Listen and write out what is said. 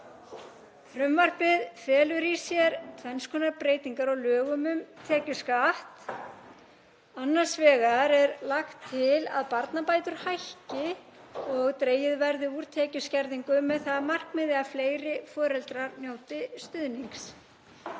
Frumvarpið felur í sér tvenns konar breytingar á lögum um tekjuskatt, nr. 90/2003. Annars vegar er lagt til að barnabætur hækki og dregið verði úr tekjuskerðingum, með það að markmiði að fleiri foreldrar njóti stuðningsins.